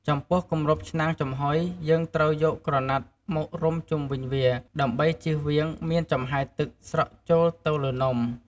ចំពោះគម្របឆ្នាំងចំហុយ យើងត្រូវយកក្រណាត់មករុំជុំវិញវា ដើម្បីចៀសវាងមានចំហាយទឹកស្រក់ចូលទៅលើនំ។